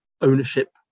ownership